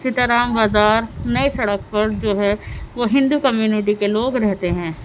سیتارام بازار نئی سڑک پر جو ہے وہ ہندو کمیونٹی کے لوگ رہتے ہیں